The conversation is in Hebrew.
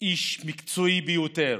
איש מקצועי ביותר.